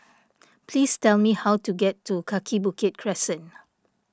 please tell me how to get to Kaki Bukit Crescent